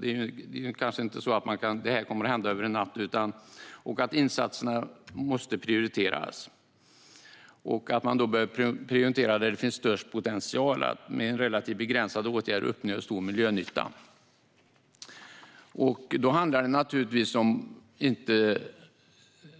Det kommer kanske inte att hända över en natt. Insatserna bör prioriteras där det finns störst potential att med relativt begränsade åtgärder uppnå stor miljönytta.